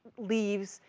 leaves,